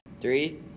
Three